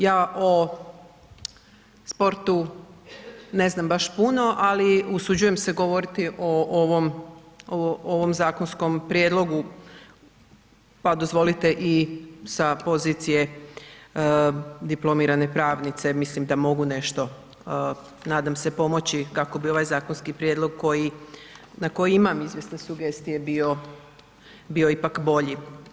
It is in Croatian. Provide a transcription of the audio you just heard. Ja o sportu ne znam baš puno ali usuđujem se govoriti o ovom zakonskom prijedlogu pa dozvolite i sa pozicije diplomirane pravnice, mislim da mogu nešto nadam se pomoći kako bi ovaj zakonski prijedlog na koji imam izvjesne sugestije bio ipak bolji.